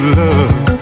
love